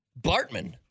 Bartman